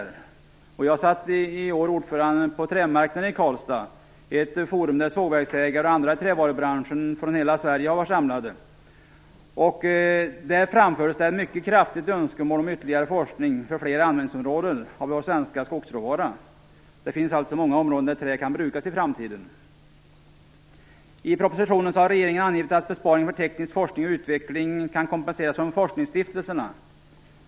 Jag satt i år ordförande på trämarknaden i Karlstad, ett forum där sågverksägare och andra i trävarubranschen från hela Sverige var samlade. Där framfördes det ett mycket kraftigt önskemål om ytterligare forskning för fler användningsområden för vår svenska skogsråvara. Det finns alltså många områden där trä kan brukas i framtiden. I propositionen har regeringen angivit att besparingen för teknisk forskning och utveckling kan kompenseras från forskningsstiftelserna.